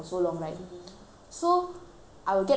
I will get tired also lah I not going to lie